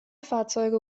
fahrzeuge